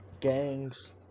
gangs